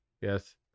Yes